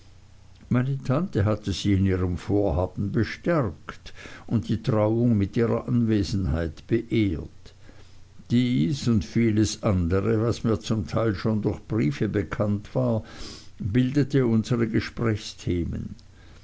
meine tante hatte sie in ihrem vorhaben bestärkt und die trauung mit ihrer anwesenheit beehrt dies und vieles andere was mir zum teil schon durch briefe bekannt war bildete unsere gesprächsthemen